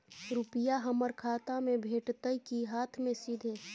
रुपिया हमर खाता में भेटतै कि हाँथ मे सीधे?